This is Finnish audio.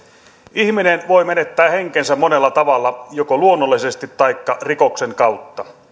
ihminen voi menettää henkensä monella tavalla joko luonnollisesti taikka rikoksen kautta